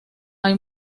hay